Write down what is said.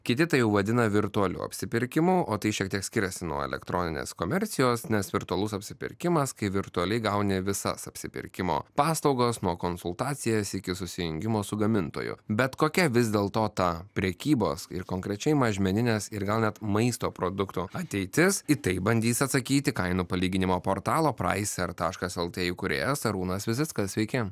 kiti tai jau vadina virtualiu apsipirkimu o tai šiek tiek skiriasi nuo elektroninės komercijos nes virtualus apsipirkimas kai virtualiai gauni visas apsipirkimo paslaugas nuo konsultacijos iki susijungimo su gamintojo bet kokia vis dėl to tą prekybos ir konkrečiai mažmeninės ir gal net maisto produktų ateitis į tai bandys atsakyti kainų palyginimo portalo praiser taškas lt įkūrėjas arūnas vizickas sveiki